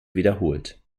wiederholt